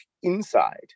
inside